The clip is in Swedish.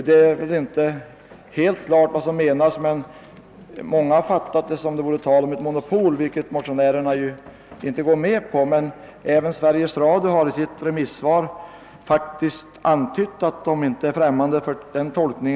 Det är väl inte helt klart vad som menas med detta. Vi har fattat förslaget såsom syftande till ett monopol, vilket motionärerna inte går med på. Även Sveriges Radio har emellertid i sitt remissyttrande faktiskt uttalat att företaget inte är främmande för denna tolkning.